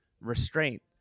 restraint